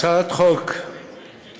הצעת חוק זו